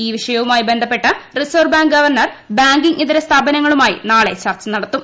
ഈ വിഷയവുമായി ബന്ധപ്പെട്ട് റിസർവ് ബാങ്ക് ഗവർണർ ബാങ്കിംഗ് ഇതരസ്ഥാപനങ്ങളുമായി നാളെ ചർച്ച നടത്തും